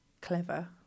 clever